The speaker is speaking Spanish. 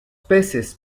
peces